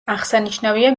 აღსანიშნავია